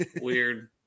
Weird